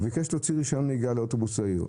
הוא ביקש להוציא רישיון נהיגה על אוטובוס זעיר.